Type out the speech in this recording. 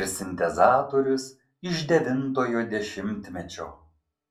ir sintezatorius iš devintojo dešimtmečio